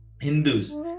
Hindus